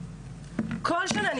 כל שנה,